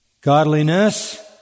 Godliness